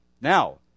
Now